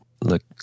look